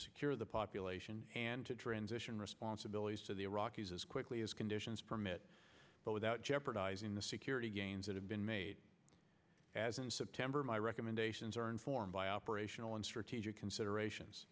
secure the population and to transition responsibilities to the iraqis as quickly as conditions permit but without jeopardizing the security gains that have been made as in september my recommendations are informed by operational and strategic considerations